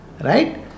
Right